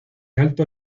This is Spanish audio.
alto